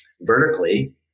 vertically